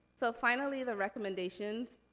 so finally, the recommendations.